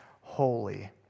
holy